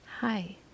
hi